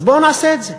אז בואו נעשה את זה.